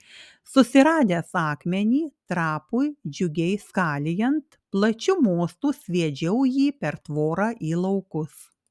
susiradęs akmenį trapui džiugiai skalijant plačiu mostu sviedžiau jį per tvorą į laukus